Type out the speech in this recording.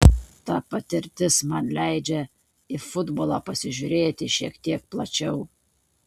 ta patirtis man leidžia į futbolą pasižiūrėti šiek tiek plačiau